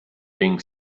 being